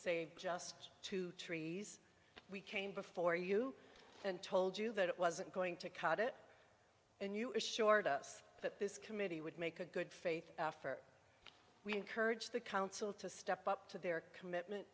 save just two trees we came before you and told you that it wasn't going to cut it and you assured us that this committee would make a good faith effort we encourage the council to step up to their commitment